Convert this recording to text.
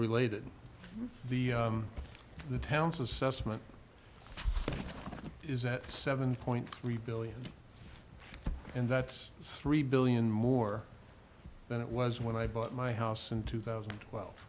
related the the town's assessment is at seven point three billion and that's three billion more than it was when i bought my house in two thousand and twelve